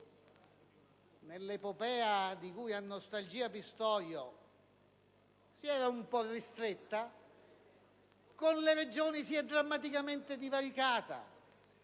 nell'epopea di cui ha nostalgia Pistorio si era un po' ristretta, con le Regioni si è drammaticamente divaricata